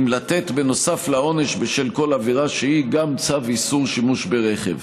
אם לתת בנוסף לעונש בשל כל עבירה שהיא גם צו איסור שימוש ברכב.